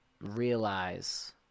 realize